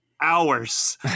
hours